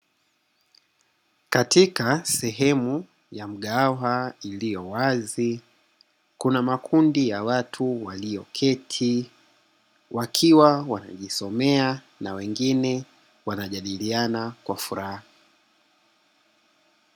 Katika sehemu ya mgahawa iliyowazi kuna makundi ya watu walioketi, wakiwa wanajisomea na wengine wanajadiliana kwa furaha.